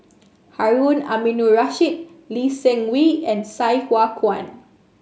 Harun Aminurrashid Lee Seng Wee and Sai Hua Kuan